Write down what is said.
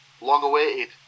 long-awaited